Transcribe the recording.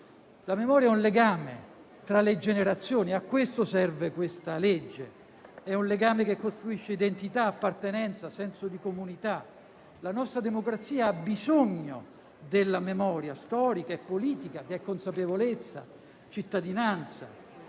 La memoria è un legame tra le generazioni e a questo serve questa legge. È un legame che costruisce identità, appartenenza, senso di comunità. La nostra democrazia ha bisogno della memoria storica e politica, che è consapevolezza e cittadinanza.